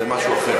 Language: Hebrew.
זה משהו אחר.